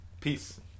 Peace